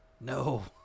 no